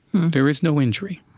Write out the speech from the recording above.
there is no injury.